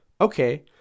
Okay